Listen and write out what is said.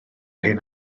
hen